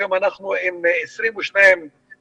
היום אנחנו עם 22 נדבקים.